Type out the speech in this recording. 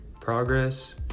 Progress